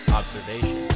observation